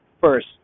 first